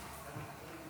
בבקשה.